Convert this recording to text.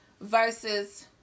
versus